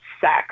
sex